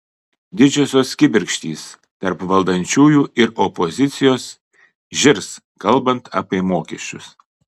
didžiausios kibirkštys tarp valdančiųjų ir opozicijos žirs kalbant apie mokesčius